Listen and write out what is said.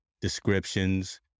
descriptions